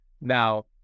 Now